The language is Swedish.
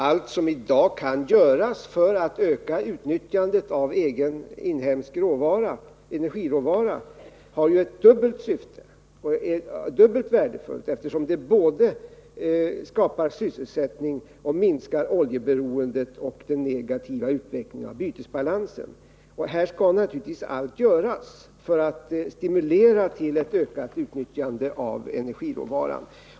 Allt som i dag kan göras för att öka utnyttjandet av inhemsk energiråvara har ju ett dubbelt syfte och är dubbelt värdefullt, eftersom det både skapar sysselsättning och minskar oljeberoendet och den negativa utvecklingen av bytesbalansen. Här skall naturligtvis allt göras för att stimulera till ett ökat utnyttjande av energiråvaran.